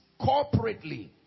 corporately